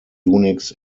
unix